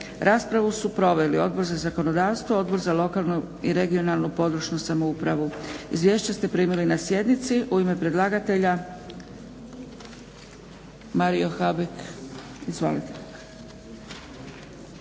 Raspravu su proveli Odbor za zakonodavstvo, Odbor za lokalnu i regionalnu, područnu samoupravu. Izvješća ste primili na sjednici. U ime predlagatelja Mario Habek. Izvolite.